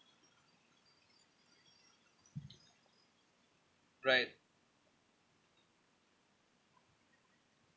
right